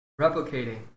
replicating